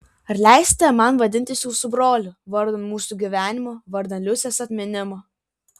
ar leisite man vadintis jūsų broliu vardan mūsų gyvenimo vardan liusės atminimo